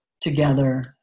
together